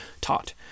taught